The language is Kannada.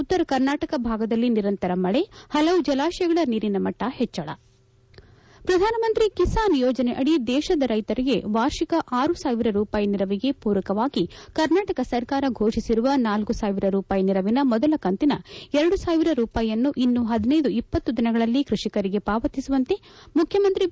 ಉತ್ತರ ಕರ್ನಾಟಕ ಭಾಗದಲ್ಲಿ ನಿರಂತರ ಮಳೆ ಪಲವು ಜಲಾತಯಗಳ ನೀರಿನ ಮಟ್ಟ ಹೆಚ್ಚಳ ಪ್ರಧಾನಮಂತ್ರಿ ಕಿಸಾನ್ ಯೋಜನೆಯಡಿ ದೇಶದ ರೈಶರಿಗೆ ವಾರ್ಷಿಕ ಆರು ಸಾವಿರ ರೂಪಾಯಿ ನೆರವಿಗೆ ಪೂರಕವಾಗಿ ಕರ್ನಾಟಕ ಸರ್ಕಾರ ಘೋಷಿಸಿರುವ ನಾಲ್ಲು ಸಾವಿರ ರೂಪಾಯಿ ನೆರವಿನ ಮೊದಲ ಕಂತಿನ ಎರಡು ಸಾವಿರ ರೂಪಾಯಿಯನ್ನು ಇನ್ನು ಪದಿನೈದು ಇಪ್ಪತ್ತು ದಿನಗಳಲ್ಲಿ ಕೃಷಿಕರಿಗೆ ಪಾವತಿಸುವಂತೆ ಮುಖ್ಯಮಂತ್ರಿ ಬಿ